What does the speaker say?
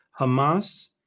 Hamas